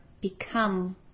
become